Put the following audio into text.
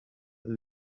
that